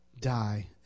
die